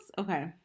Okay